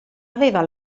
aveva